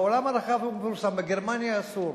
בעולם הרחב הוא מתפרסם, בגרמניה אסור.